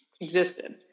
existed